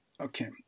Okay